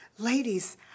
Ladies